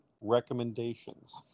recommendations